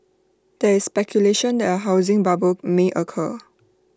there is speculation that A housing bubble may occur